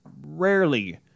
rarely